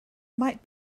might